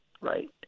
right